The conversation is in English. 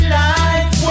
life